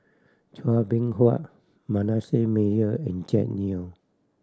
Chua Beng Huat Manasseh Meyer and Jack Neo